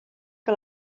que